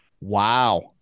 Wow